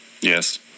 Yes